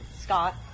Scott